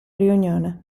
riunione